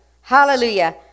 Hallelujah